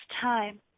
time